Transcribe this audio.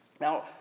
Now